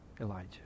Elijah